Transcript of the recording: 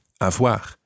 avoir